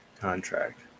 contract